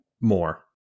more